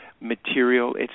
material